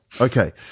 okay